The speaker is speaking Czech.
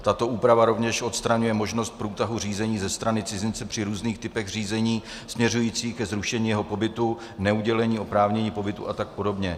Tato úprava rovněž odstraňuje možnost průtahů řízení ze strany cizince při různých typech řízení směřujících ke zrušení jeho pobytu, neudělení oprávnění k pobytu a tak podobně.